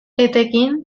etekin